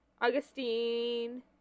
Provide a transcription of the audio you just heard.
Augustine